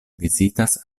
vizitas